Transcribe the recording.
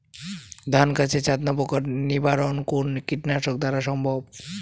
ধান গাছের ছাতনা পোকার নিবারণ কোন কীটনাশক দ্বারা সম্ভব?